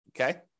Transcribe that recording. okay